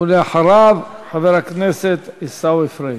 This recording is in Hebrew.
ואחריו, חבר הכנסת עיסאווי פריג'.